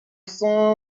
saw